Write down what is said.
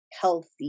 healthy